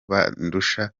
bandusha